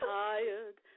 tired